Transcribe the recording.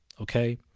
Okay